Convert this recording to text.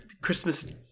Christmas